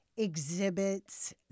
exhibits